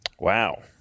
Wow